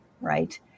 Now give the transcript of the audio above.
Right